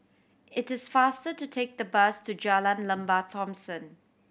it is faster to take the bus to Jalan Lembah Thomson